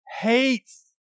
hates